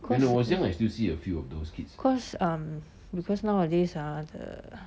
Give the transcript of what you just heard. because because nowadays ah the